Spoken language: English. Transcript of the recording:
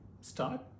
start